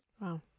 Wow